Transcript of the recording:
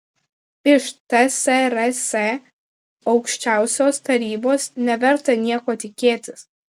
iš tsrs aukščiausiosios tarybos neverta nieko tikėtis